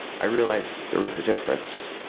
i realized there was a difference.